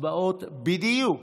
ההצבעות בדיוק.